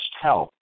health